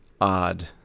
odd